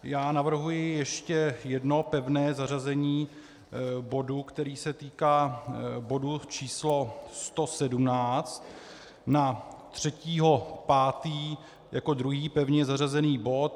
Já navrhuji ještě jedno pevné zařazení bodu, který se týká bodu číslo 117, na 3. 5. jako druhý pevně zařazený bod.